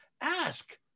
Ask